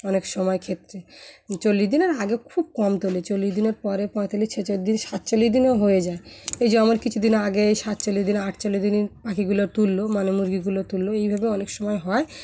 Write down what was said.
অনেক সময় ক্ষেত্রে চল্লিশ দিনের আগে খুব কম তলেি চল্লিশ দিনের পরে পঁয়তাল্লিশ ছেচল্ল দিন সাতচল্লিশ দিনও হয়ে যায় এই যে আমার কিছু দিন আগে এই সাতচল্লিশ দিন আটচল্লিশ দিনই পাখিগুলো তুললো মানে মুরগিগুলো তুললো এইভাবে অনেক সময় হয়